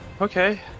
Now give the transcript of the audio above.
Okay